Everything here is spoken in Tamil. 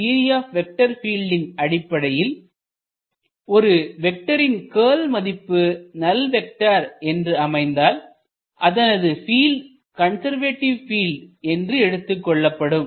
தியரி ஆப் வெக்டர் பீல்டின் அடிப்படையில் ஒரு வெக்டரின் க்கல் மதிப்பு நல் வெக்டர் என்ற அமைந்தால் அதனது பீல்ட் கன்சர்வேட்டிவ் பீல்ட் என்று எடுத்துக் கொள்ளப்படும்